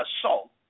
assault